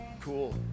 cool